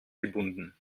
gebunden